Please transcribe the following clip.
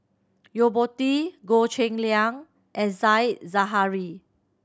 Yo Po Tee Goh Cheng Liang and Said Zahari